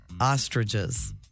ostriches